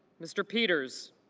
mr. peters